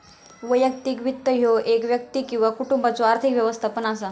वैयक्तिक वित्त ह्यो एक व्यक्ती किंवा कुटुंबाचो आर्थिक व्यवस्थापन असा